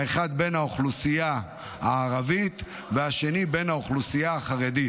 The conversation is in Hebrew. האחד בן האוכלוסייה הערבית והשני בן האוכלוסייה החרדית.